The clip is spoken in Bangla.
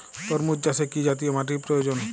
তরমুজ চাষে কি জাতীয় মাটির প্রয়োজন?